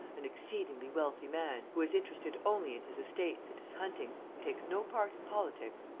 an exceedingly wealthy man, who is interested only in his estates and his hunting and takes no part in politics,